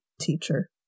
teacher